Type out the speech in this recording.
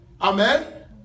Amen